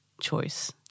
choice